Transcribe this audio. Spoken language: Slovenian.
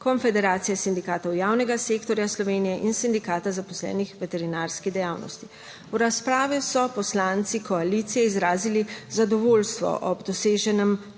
Konfederacije sindikatov javnega sektorja Slovenije in sindikata zaposlenih v veterinarski dejavnosti. V razpravi so poslanci koalicije izrazili zadovoljstvo ob doseženem